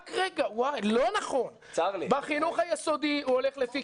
לא נכון בחינוך היסודי הוא הולך לפי